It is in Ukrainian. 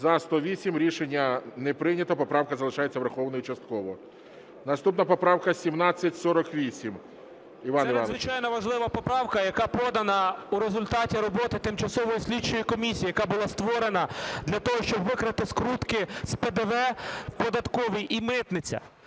За-108 Рішення не прийнято. Поправка залишається врахованою частково. Наступна поправка 1748. Іване Івановичу. 13:42:00 КРУЛЬКО І.І. Це надзвичайно важлива поправка, яка подана в результаті роботи тимчасової слідчої комісії, яка була створена для того, щоб викрити скрутки з ПДВ в податковій і в митниці.